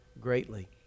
greatly